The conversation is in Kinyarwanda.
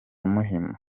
muhima